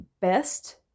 best